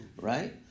Right